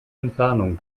entfernungen